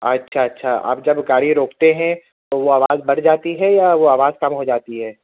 اچھا اچھا آپ جب گاڑی روکتے ہیں تو وہ آواز بڑھ جاتی ہے یا وہ آواز کم ہو جاتی ہے